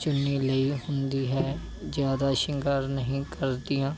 ਚੁੰਨੀ ਲਈ ਹੁੰਦੀ ਹੈ ਜ਼ਿਆਦਾ ਸ਼ਿੰਗਾਰ ਨਹੀਂ ਕਰਦੀਆਂ